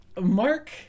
Mark –